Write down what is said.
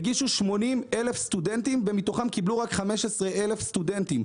הגישו 80,000 סטודנטים ומתוכם קיבלו רק 15,000 סטודנטים.